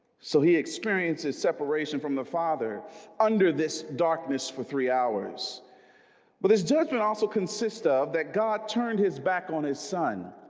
so he experiences separation from the father under this darkness for three hours but this judgment also consists of that god turned his back on his son